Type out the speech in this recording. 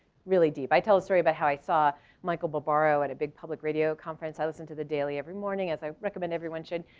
really deep. i tell a story about how i saw michael barbaro at a big public radio conference, i listen to the daily every morning as i recommend everyone should.